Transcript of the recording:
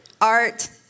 art